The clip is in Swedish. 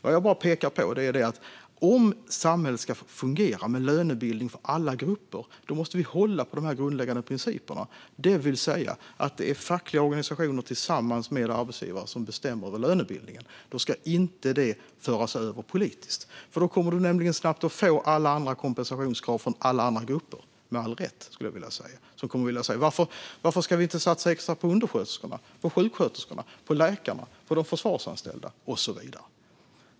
Vad jag pekar på är att om samhället ska fungera, med lönebildning för alla grupper, måste vi hålla på de grundläggande principerna, nämligen att det är fackliga organisationer tillsammans med arbetsgivare som bestämmer över lönebildningen. Detta ska inte föras över till politiken. Då kommer vi nämligen snabbt att få kompensationskrav från alla andra grupper - med all rätt, skulle jag vilja säga. De kommer att säga: Varför ska vi inte satsa extra på undersköterskorna, sjuksköterskorna, läkarna, de försvarsanställda och så vidare?